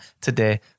today